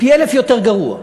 פי-אלף יותר גרוע.